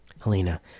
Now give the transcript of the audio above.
Helena